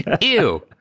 Ew